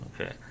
Okay